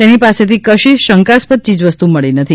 તેની પાસેથી કશી શંકાસ્પદ ચીજવસ્તુ મળી નથી